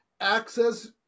access